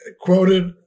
quoted